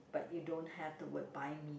but you don't have the word buy me